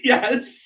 Yes